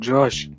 Josh